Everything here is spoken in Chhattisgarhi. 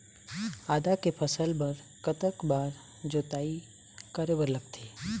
आदा के फसल बर कतक बार जोताई करे बर लगथे?